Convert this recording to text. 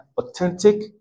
authentic